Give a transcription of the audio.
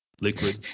liquid